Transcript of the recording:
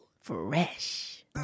Fresh